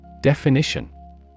Definition